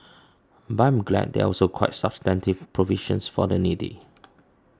but I am glad there are also quite substantive provisions for the needy